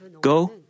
Go